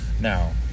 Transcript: Now